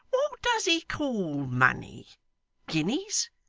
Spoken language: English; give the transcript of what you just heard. what does he call money guineas?